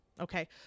Okay